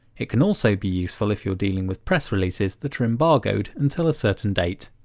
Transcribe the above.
it can also be useful if you're dealing with press releases that are embargoed until a certain date.